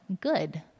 good